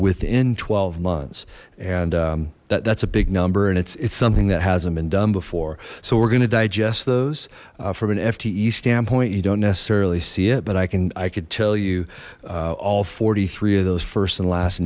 within twelve months and that that's a big number and it's it's something that hasn't been done before so we're gonna digest those from an fte standpoint you don't necessarily see it but i can i could tell you all forty three of those first and last